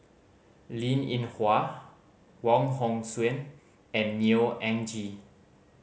Linn In Hua Wong Hong Suen and Neo Anngee